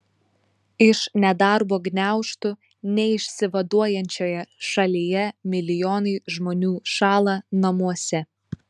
iš nedarbo gniaužtų neišsivaduojančioje šalyje milijonai žmonių šąla namuose